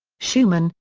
schumann,